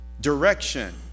direction